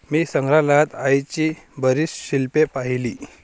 मी संग्रहालयात आईची बरीच शिल्पे पाहिली